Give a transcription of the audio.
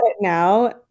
now